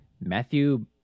Matthew